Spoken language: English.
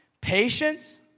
Patience